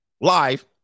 live